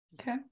okay